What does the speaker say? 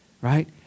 right